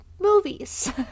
Movies